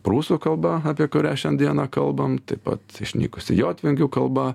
prūsų kalba apie kurią šiandieną kalbam taip pat išnykusi jotvingių kalba